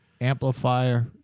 amplifier